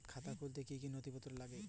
খাতা খুলতে কি কি নথিপত্র লাগবে?